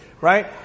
right